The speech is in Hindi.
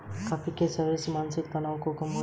कॉफी के सेवन से मानसिक तनाव कम हो जाता है